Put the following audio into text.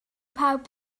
pawb